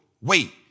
Wait